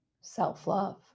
self-love